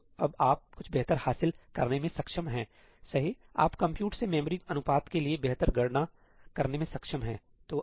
तो अब आप कुछ बेहतर हासिल करने में सक्षम हैं सहीआप कंप्यूट से मेमोरी अनुपात के लिए बहुत बेहतर गणना करने में सक्षम हैं